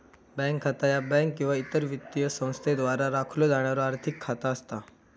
bank खाता ह्या bank किंवा इतर वित्तीय संस्थेद्वारा राखलो जाणारो आर्थिक खाता असता